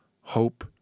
hope